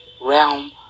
realm